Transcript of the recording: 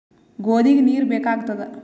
ಗೋಧಿಗ ನೀರ್ ಬೇಕಾಗತದ?